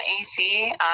ac